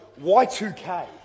Y2K